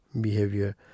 behavior